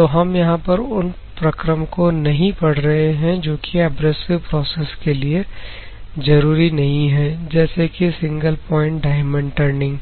तो हम यहां पर उन प्रकरण को नहीं पढ़ रहे हैं जो कि एब्रेसिव प्रोसेस के लिए जरूरी नहीं है जैसे कि सिंगल प्वाइंट डायमंड टर्निंग